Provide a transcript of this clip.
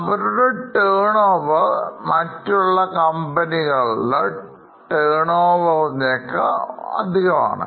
അവരുടെ turnover മറ്റുള്ള കമ്പനികളുടെ turnover എന്നതിനേക്കാൾഅധികമാണ്